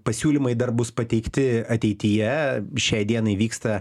pasiūlymai dar bus pateikti ateityje šiai dienai vyksta